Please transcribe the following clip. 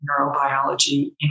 neurobiology